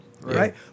right